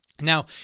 Now